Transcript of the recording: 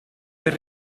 per